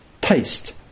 taste